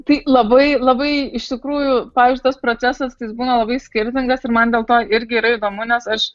tai labai labai iš tikrųjų pavyzdžiui tas procesas tai labai skirtingas ir man dėl to irgi yra įdomu nes aš